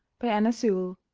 by anna sewell